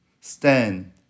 stand